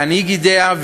להנהיג אידיאה,